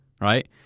right